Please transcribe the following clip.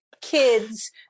kids